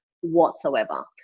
whatsoever